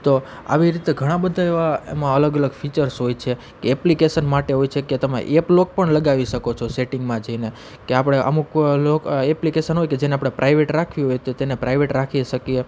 તો આવી રીતે એવા ઘણા બધા એમાં અલગ અલગ ફીચર્સ હોય છે કે એપ્લિકેસન માટે હોય છે કે તમે એપ લોક પણ લગાવી શકો છો સેટિંગમાં જઈને કે આપળે અમુક લોક એપ્લિકેશન હોય કે જેને આપણે પ્રાઇવેટ રાખ્યું હોય તો તેને પ્રાઇવેટ રાખી શકીએ